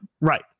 right